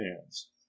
hands